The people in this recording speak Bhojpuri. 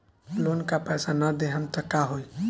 लोन का पैस न देहम त का होई?